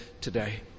today